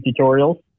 tutorials